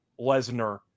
Lesnar